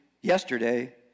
yesterday